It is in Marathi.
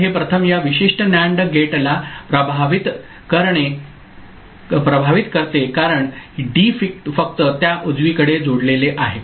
तर हे प्रथम या विशिष्ट NAND गेटला प्रभावित करते कारण डी फक्त त्या उजवीकडे जोडलेले आहे